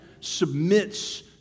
submits